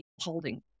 holding